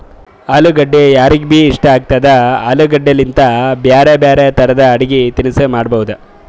ಅಲುಗಡ್ಡಿ ಯಾರಿಗ್ಬಿ ಇಷ್ಟ ಆಗ್ತದ, ಆಲೂಗಡ್ಡಿಲಿಂತ್ ಬ್ಯಾರೆ ಬ್ಯಾರೆ ತರದ್ ಅಡಗಿ ತಿನಸ್ ಮಾಡಬಹುದ್